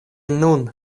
nun